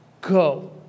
go